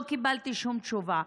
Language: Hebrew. לא קיבלתי שום תשובה.